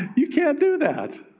you can't do that.